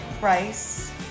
Rice